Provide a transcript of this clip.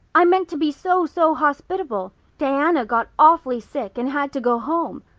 i meant to be so so hospitable. diana got awfully sick and had to go home.